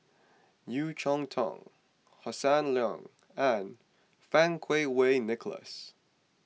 Yeo Cheow Tong Hossan Leong and Fang Kuo Wei Nicholas